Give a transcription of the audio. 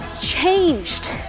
changed